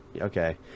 okay